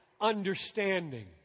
understanding